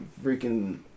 freaking